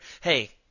hey